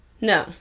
No